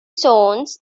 zones